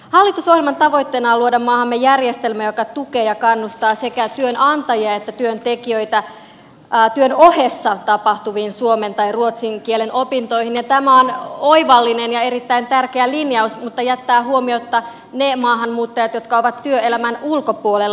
hallitusohjelman tavoitteena on luoda maahamme järjestelmä joka tukee ja kannustaa sekä työnantajia että työntekijöitä työn ohessa tapahtuviin suomen tai ruotsin kielen opintoihin ja tämä on oivallinen ja erittäin tärkeä linjaus mutta jättää huomiotta ne maahanmuuttajat jotka ovat työelämän ulkopuolella